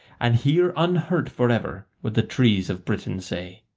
and hear unhurt for ever what the trees of britain say.